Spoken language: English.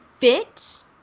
fit